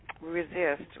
resist